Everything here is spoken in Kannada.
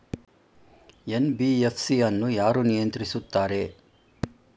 ಎನ್.ಬಿ.ಎಫ್.ಸಿ ಅನ್ನು ಯಾರು ನಿಯಂತ್ರಿಸುತ್ತಾರೆ?